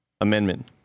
amendment